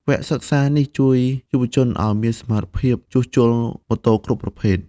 វគ្គសិក្សានេះជួយយុវជនឱ្យមានសមត្ថភាពជួសជុលម៉ូតូគ្រប់ប្រភេទ។